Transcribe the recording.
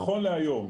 נכון להיום,